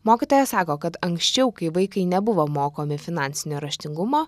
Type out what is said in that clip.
mokytoja sako kad anksčiau kai vaikai nebuvo mokomi finansinio raštingumo